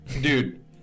Dude